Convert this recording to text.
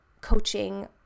coaching